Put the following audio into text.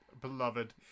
beloved